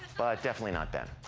definitely not ben.